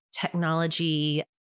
technology